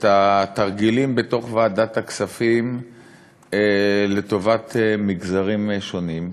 את התרגילים בתוך ועדת הכספים לטובת מגזרים שונים,